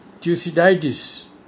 Thucydides